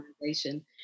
organization